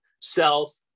self